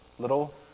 Little